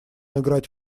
играть